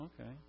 okay